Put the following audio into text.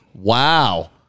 Wow